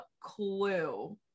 clue